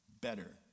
better